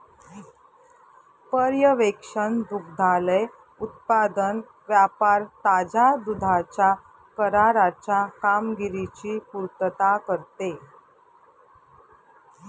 पर्यवेक्षण दुग्धालय उत्पादन व्यापार ताज्या दुधाच्या कराराच्या कामगिरीची पुर्तता करते